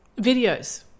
videos